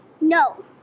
No